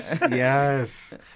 Yes